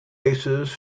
races